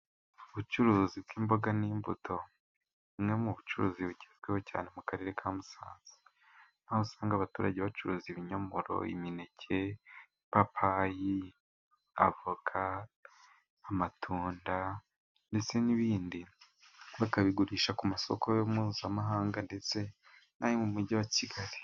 Ubucuruzi bw'imboga n'imbuto, ni bumwe mu bucuruzi bugezweho cyane mu karere ka Musanze, aho usanga abaturage bacuruza ibinyomoro, imineke, ipapayi, avoka, amatunda ndetse n'ibindi bakabigurisha ku masoko mpuzamahanga ndetse n'ayo mu mugi wa kigali.